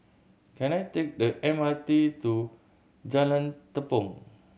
can I take the M R T to Jalan Tepong